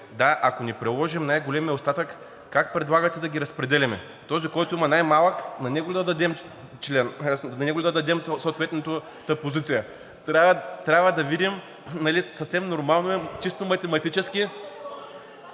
– ако не приложим най-големия остатък, как предлагате да ги разпределяме? Този, който има най-малък, на него ли да дадем съответната позиция? Трябва да видим и съвсем нормално е чисто математически…